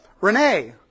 Renee